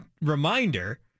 reminder